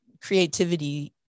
creativity